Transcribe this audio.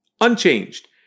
Unchanged